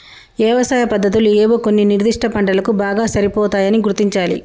యవసాయ పద్దతులు ఏవో కొన్ని నిర్ధిష్ట పంటలకు బాగా సరిపోతాయని గుర్తించాలి